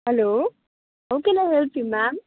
hello how can I help you ma'am